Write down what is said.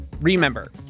Remember